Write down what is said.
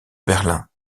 berlin